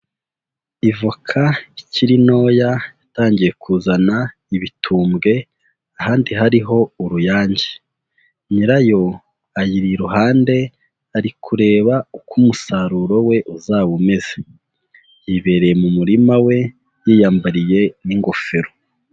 Ivoka ikiri ntoya yatangiye kuzana ibitumbwe, ahandi hariho uruyange, nyirayo ayiri iruhande ari kureba uko umusaruro we uzaba umeze, yibereye mu murima we yiyambariye n'ingofero.